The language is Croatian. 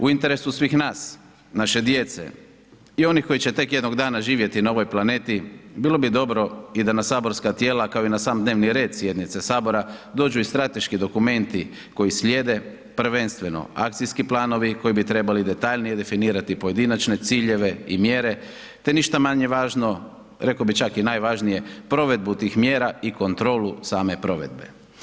U interesu svih nas, naše djece i onih koji će tek jednog dana živjeti na ovoj planeti, bilo bi dobro i da na saborska tijela, kao i na sam dnevni red sjednice Sabora, dođu i strateški dokumenti koji slijede, prvenstveno, akcijski planovi koji bi trebali detaljnije definirati pojedinačne ciljeve i mjere, te ništa manje važno, rekao bih čak i najvažnije, provedbu tih mjera i kontrolu same provedbe.